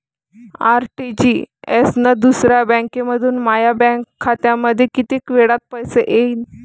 RTGS न दुसऱ्या बँकेमंधून माया बँक खात्यामंधी कितीक वेळातं पैसे येतीनं?